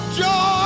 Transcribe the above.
joy